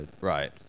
right